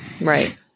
Right